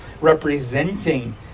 representing